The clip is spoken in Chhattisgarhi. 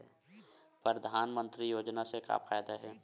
परधानमंतरी योजना से का फ़ायदा हे?